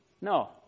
No